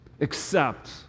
Accept